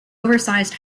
oversized